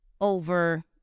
over